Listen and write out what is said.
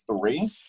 three